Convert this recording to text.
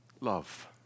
love